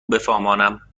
بفهمانم